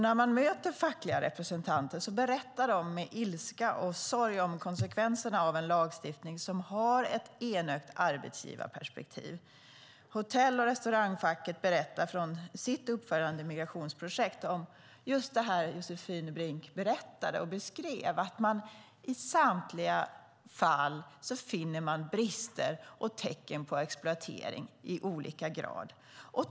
När jag möter fackliga representanter berättar de med ilska och sorg om konsekvenserna av en lagstiftning som har ett enögt arbetsgivarperspektiv. Hotell och restaurangfacket berättar från sitt uppföljande migrationsprojekt om just det som Josefin Brink beskrev, nämligen att man i samtliga fall har funnit brister och tecken på exploatering i olika grad.